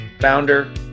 founder